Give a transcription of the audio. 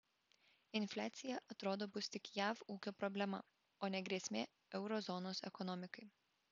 infliacija atrodo bus tik jav ūkio problema o ne grėsmė euro zonos ekonomikai